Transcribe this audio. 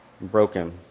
broken